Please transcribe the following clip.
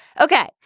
Okay